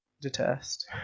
detest